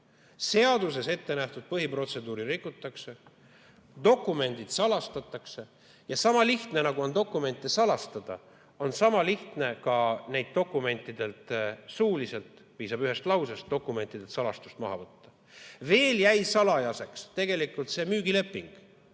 Seaduses ettenähtud põhiprotseduuri rikutakse, dokumendid salastatakse ja sama lihtne, nagu on dokumente salastada, sama lihtne on neilt dokumentidelt – suuliselt, piisab ühest lausest – salastust maha võtta. Veel jäi salajaseks tegelikult see müügileping